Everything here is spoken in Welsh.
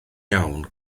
iawn